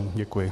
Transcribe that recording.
Děkuji.